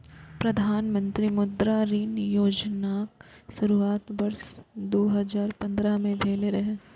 प्रधानमंत्री मुद्रा ऋण योजनाक शुरुआत वर्ष दू हजार पंद्रह में भेल रहै